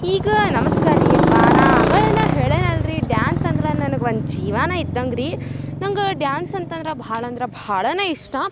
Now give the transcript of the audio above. ಈಗ ನಮಸ್ಕಾರ ರೀ ಯಪ್ಪಾ ನಾ ಆಗಳ್ ಏನಾ ಹೇಳ್ಯೆನಿ ಅಲ್ರೀ ಡ್ಯಾನ್ಸ್ ಅಂದ್ರ ನನಗೆ ಒಂದು ಜೀವನ ಇದ್ದಂಗೆ ರೀ ನಂಗೆ ಡ್ಯಾನ್ಸ್ ಅಂತಂದ್ರ ಭಾಳ ಅಂದ್ರ ಭಾಳಾನ ಇಷ್ಟ